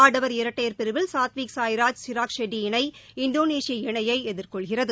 ஆடவர் இரட்டையர் பிரிவில் சாத்விக் சாய்ராஜ் சிராக் ஷெட்டி இணை இந்தோளேஷிய இணையை எதிர்கொள்கிறது